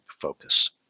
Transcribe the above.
focus